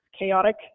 chaotic